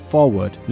Forward